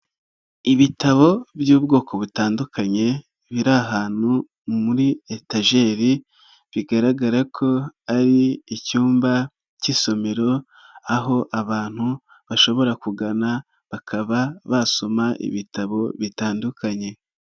Ibitabo by'ubwoko butandukanye biri ahantu muri etajeri bigaragara ko ari icyumba k'isomero, aho abantu bashobora kugana bakaba basoma ibitabo bitandukanye.